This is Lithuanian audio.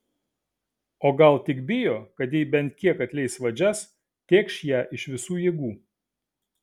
o gal tik bijo kad jei bent kiek atleis vadžias tėkš ją iš visų jėgų